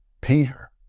Peter